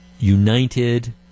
United